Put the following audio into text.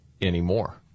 anymore